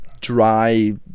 dry